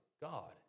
God